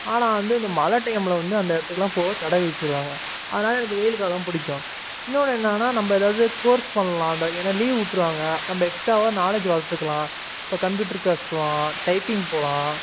ஆனால் வந்து இந்த மழை டைமில் வந்து அந்த இடத்துக்குலாம் போக தடை விதிச்சுருவாங்க அதனால எனக்கு வெயில் காலம் பிடிக்கும் இன்னொன்று என்னென்னா நம்ம எதாவது கோர்ஸ் பண்ணலாம் அந்த ஏன்னால் லீவ் விட்ருவாங்க நம்ம எக்ஸ்ட்ராவாக நாலேஜ் வளர்த்துக்கலாம் இப்போ கம்ப்யூட்டர் க்ளாஸ் போகலாம் டைப்பிங் போகலாம்